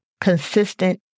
consistent